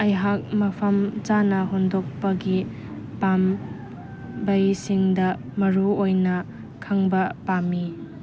ꯑꯩꯍꯥꯛ ꯃꯐꯝ ꯆꯥꯅ ꯍꯨꯟꯗꯣꯛꯄꯒꯤ ꯄꯥꯝꯕꯩꯁꯤꯡꯗ ꯃꯔꯨ ꯑꯣꯏꯅ ꯈꯪꯕ ꯄꯥꯝꯃꯤ